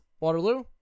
Waterloo